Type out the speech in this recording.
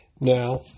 Now